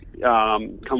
come